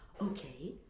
okay